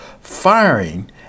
firing